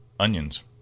onions